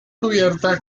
cubierta